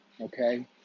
okay